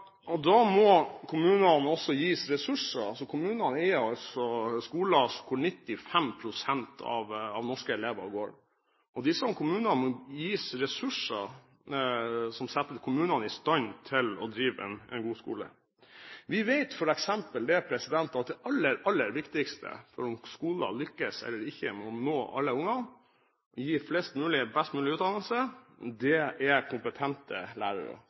skolen. Da må kommunene også gis ressurser. 95 pst. av norske elever går på skole i kommunene. Disse kommunene må gis ressurser som setter dem i stand til å drive en god skole. Vi vet f.eks. at det som er det aller, aller viktigste om skolen skal lykkes med å nå alle barn og gi dem en best mulig utdannelse, er kompetente lærere.